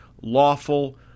lawful